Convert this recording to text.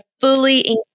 fully